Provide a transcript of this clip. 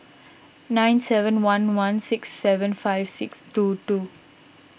nine seven one one six seven five six two two